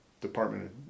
Department